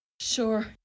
sure